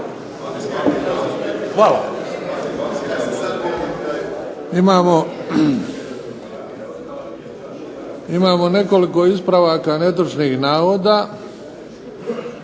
(HDZ)** Imamo nekoliko ispravaka netočnih navoda.